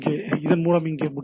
இதன் மூலம் இங்கே முடிப்போம்